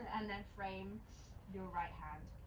and then frame your right hand.